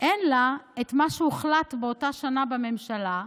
אין לה את מה שהוחלט באותה שנה בממשלה,